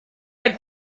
der